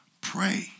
Pray